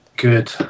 Good